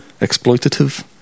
exploitative